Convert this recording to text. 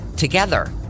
Together